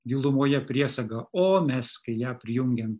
gilumoje priesaga o mes kai ją prijungiam